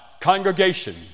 congregation